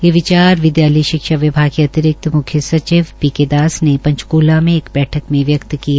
ये विचार विद्यालय शिक्षा विभाग के अतिरिक्त मुख्य सचिव श्री पीकेदास ने पंचकुला में एक वैठक में व्यकत किए